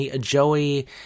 Joey